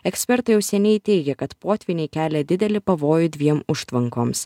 ekspertai jau seniai teigia kad potvyniai kelia didelį pavojų dviem užtvankoms